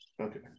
Okay